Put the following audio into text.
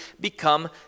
become